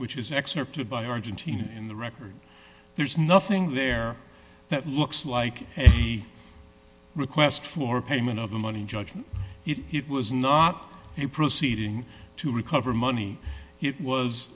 which is an excerpt of by argentina in the record there is nothing there that looks like a request for payment of the money judgment it was not a proceeding to recover money it was